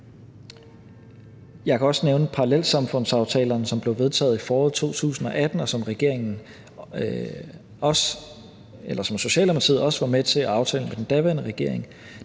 Jeg kan også nævne parallelsamfundsaftalen, som blev vedtaget i foråret 2018, og som Socialdemokratiet også var med til at aftale med den daværende regering.